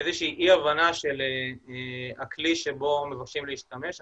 מאיזו שהיא אי הבנה של הכלי שבו מבקשים להשתמש.